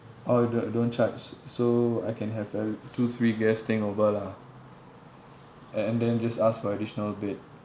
oh the don't charge so I can have ev~ two three guest staying over lah a~ and then just ask for additional bed